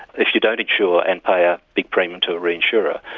if you don't insure and pay out big premiums to a re-insurer,